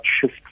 shift